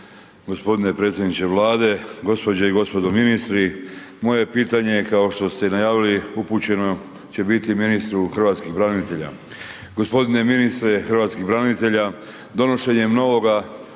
gospodine predsjedniče Vlade, gospođe i gospodo ministri. Moje pitanje je kao što ste i najavili upućeno će biti i ministru hrvatskih branitelja. Gospodine ministre hrvatskih branitelja donošenjem novoga